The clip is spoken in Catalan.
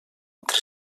entre